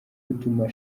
gutuma